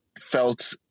felt